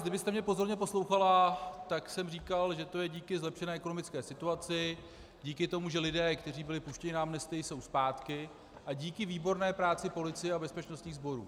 Kdybyste mě pozorně poslouchala, tak jsem říkal, že to je díky zlepšené ekonomické situaci, díky tomu, že lidé, kteří byli puštěni na amnestii, jsou zpátky, a díky výborné práci policie a bezpečnostních sborů.